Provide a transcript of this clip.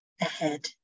ahead